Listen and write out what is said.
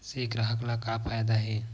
से ग्राहक ला का फ़ायदा हे?